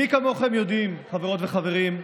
מי כמוכם יודעים, חברות וחברים,